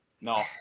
No